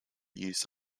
use